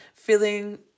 feeling